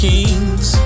Kings